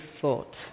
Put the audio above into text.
thought